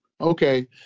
Okay